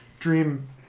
Dream